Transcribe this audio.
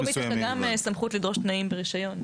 לרשות המקומית יש גם סמכות לדרוש תנאים ברישיון.